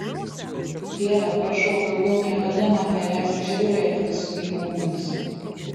dieve prašau daugiau niekada man neleisk žiauriai elgtis su gyvūnais